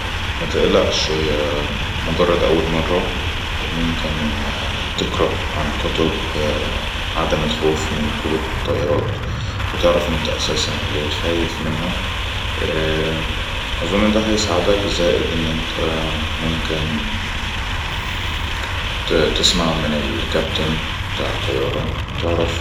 متئلئشيء مجرد اول مرة ممكن تقرأ عن كتب عدم الخوف من ركوب الطائرات وتعرف انت اساسن لي خايف منها اظن انه ده هساعدك زائد انت ممكن تسمع من الكابتن بتاع الطيارة تعرف